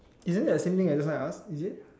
isn't that the same thing as just now I ask is it